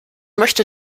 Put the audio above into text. möchte